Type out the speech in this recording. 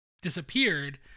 disappeared